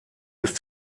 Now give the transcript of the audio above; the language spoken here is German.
ist